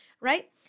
right